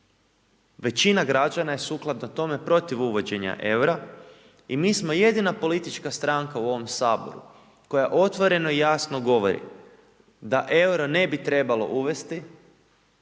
većina građana je sukladno tome protiv uvođenja EUR-a i mi smo jedina politička stranka u ovom saboru, koja otvoreno i jasno govori da EURO ne bi trebalo uvesti